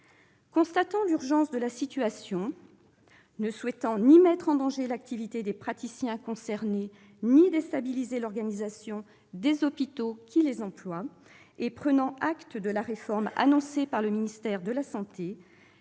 Constatant l'urgence de la situation, ne souhaitant ni mettre en danger l'activité des praticiens concernés ni déstabiliser l'organisation des hôpitaux qui les emploient, et prenant acte de la réforme annoncée par le ministère des solidarités